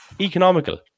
economical